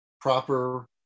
proper